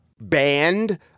banned